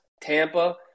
Tampa